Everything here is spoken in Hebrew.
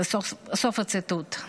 זה סוף הציטוט.